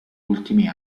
ultimi